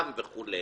אסלאם וכו'.